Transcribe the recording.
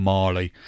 Marley